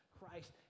Christ